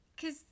cause